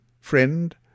Friend